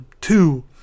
two